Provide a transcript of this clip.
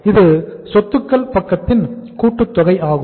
இது சொத்துக்கள் பக்கத்தின் கூட்டுத்தொகை ஆகும்